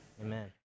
Amen